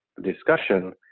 discussion